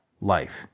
life